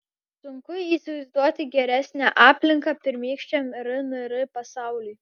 sunku įsivaizduoti geresnę aplinką pirmykščiam rnr pasauliui